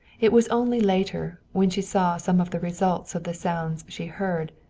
it was only later, when she saw some of the results of the sounds she heard,